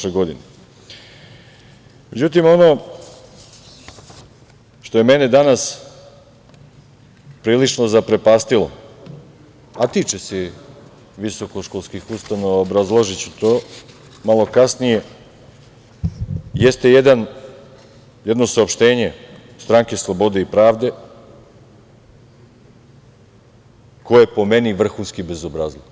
Međutim, ono što je mene danas prilično zaprepastilo, a tiče se visokoškolskih ustanova, obrazložiću to malo kasnije, jeste jedno saopštenje Stranke slobode i pravde koje je, po meni, vrhunski bezobrazluk.